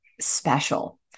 special